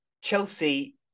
Chelsea